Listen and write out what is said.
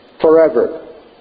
forever